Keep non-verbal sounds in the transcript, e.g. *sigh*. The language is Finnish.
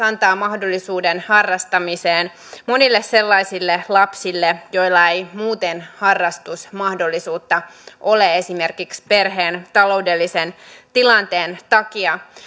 *unintelligible* antaa mahdollisuuden harrastamiseen monille sellaisille lapsille joilla ei muuten harrastusmahdollisuutta ole esimerkiksi perheen taloudellisen tilanteen takia